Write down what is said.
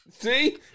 See